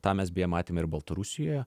tą mes beje matėme ir baltarusijoje